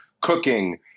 cooking